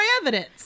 evidence